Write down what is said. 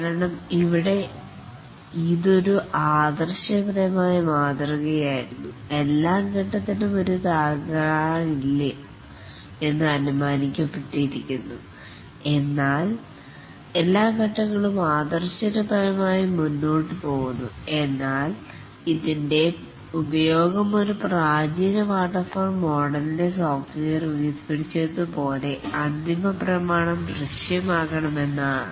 കാരണം ഇവിടെ ഇതൊരു ആദർശപരമായ മാതൃകയായിരുന്നു എല്ലാ ഫേസ് ത്തിനും ഒരു തകരാറും ഇല്ല എന്ന് അനുമാനിക്കപ്പെട്ടിരുന്നു എന്നാൽ എല്ലാ ഫേസ് ങ്ങളും ആദർശപരമായി മുന്നോട്ടുപോകുന്നു എന്നാൽ ഇതിൻറെ ഉപയോഗം ഒരു പ്രാചീന വാട്ടർഫാൾ മോഡലിൻ്റെ സോഫ്റ്റ്വെയർ വികസിപ്പിച്ചെടുത്തത് പോലെ അന്തിമ പ്രമാണം ദൃശ്യമാകണം എന്നതാണ്